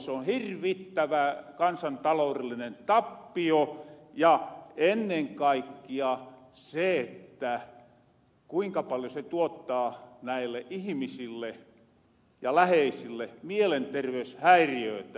se on hirvittävä kansantalourellinen tappio ja ennen kaikkia se kuinka paljon se tuottaa näille ihmisille ja läheisille mielenterveyshäiriöitä